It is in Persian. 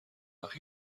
وقت